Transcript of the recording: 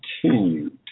continued